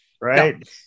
Right